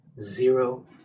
zero